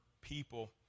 people